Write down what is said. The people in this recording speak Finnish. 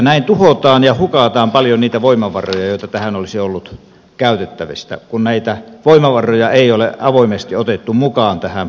näin tuhotaan ja hukataan paljon niitä voimavaroja joita tähän olisi ollut käytettävissä kun näitä voimavaroja ei ole avoimesti otettu mukaan tähän prosessiin